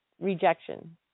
rejection